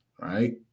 right